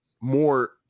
more